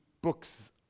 books